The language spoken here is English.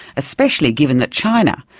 especially given that china,